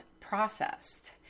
processed